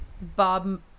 Bob